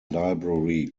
library